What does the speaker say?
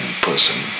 person